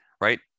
right